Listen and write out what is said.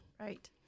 Right